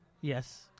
Yes